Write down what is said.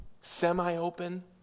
semi-open